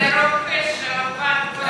לרופא שעבד 1,600?